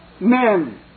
men